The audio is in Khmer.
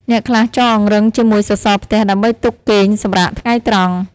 អ្នកខ្លះចងអង្រឹងជាមួយសសរផ្ទះ ដើម្បីទុកគេងសម្រាកថ្ងៃត្រង់។